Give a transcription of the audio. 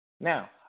Now